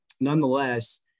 nonetheless